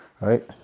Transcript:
right